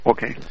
Okay